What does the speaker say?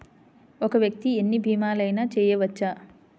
ఒక్క వ్యక్తి ఎన్ని భీమలయినా చేయవచ్చా?